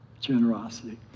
generosity